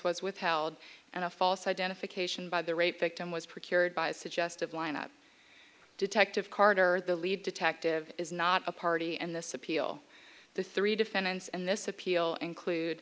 was withheld and a false identification by the rape victim was procured by a suggestive line up detective carter the lead detective is not a party and this appeal the three defendants and this appeal include